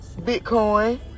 Bitcoin